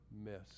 miss